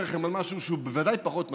לכם על משהו שהוא בוודאי פחות מצחיק.